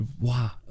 wow